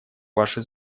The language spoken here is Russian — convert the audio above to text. ваше